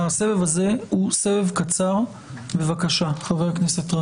הסבב הזה הוא סבב קצר, בבקשה חבר הכנסת רז.